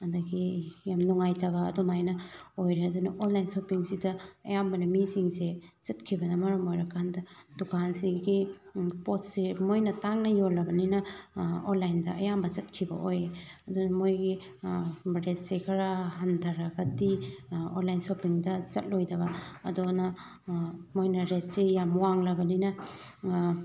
ꯑꯗꯒꯤ ꯌꯥꯝ ꯅꯨꯡꯉꯥꯏꯇꯕ ꯑꯗꯨꯃꯥꯏꯅ ꯑꯣꯏꯔꯦ ꯑꯗꯨꯅ ꯑꯣꯟꯂꯥꯏꯟ ꯁꯣꯞꯄꯤꯡꯁꯤꯗ ꯑꯌꯥꯝꯕꯅ ꯃꯤꯁꯤꯡꯁꯦ ꯆꯠꯈꯤꯕꯅ ꯃꯔꯝ ꯑꯣꯏꯔꯒꯀꯥꯟꯗ ꯗꯨꯀꯥꯟꯁꯤꯒꯤ ꯄꯣꯠꯁꯤ ꯃꯣꯏꯅ ꯇꯥꯡꯅ ꯌꯣꯜꯂꯕꯅꯤꯅ ꯑꯣꯟꯂꯥꯏꯟꯅ ꯑꯌꯥꯝꯕ ꯆꯠꯈꯤꯕ ꯑꯣꯏ ꯑꯗꯨꯅ ꯃꯣꯏꯒꯤ ꯔꯦꯠꯁꯦ ꯈꯔ ꯍꯟꯊꯔꯒꯗꯤ ꯑꯣꯏꯂꯥꯏꯟ ꯁꯣꯞꯄꯤꯡꯗ ꯆꯠꯂꯣꯏꯗꯕ ꯑꯗꯨꯅ ꯃꯣꯏꯅ ꯔꯦꯠꯁꯤ ꯌꯥꯝ ꯋꯥꯡꯂꯕꯅꯤꯅ